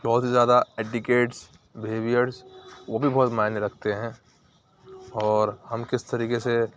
بہت ہی زیادہ ایڈیکیٹس بہیویرس وہ بھی بہت معنے رکھتے ہیں اور ہم کس طریقے سے